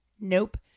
Nope